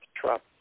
Trump